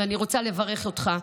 ואני רוצה לברך אותך.